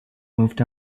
moved